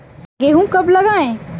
गेहूँ कब लगाएँ?